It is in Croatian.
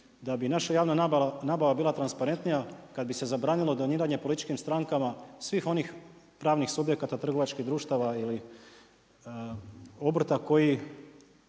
da bi naša javna nabava bila transparentnija kad bi se zabranilo doniranje političkim strankama svih onih pravnih subjekata, trgovačkih društava ili obrta koji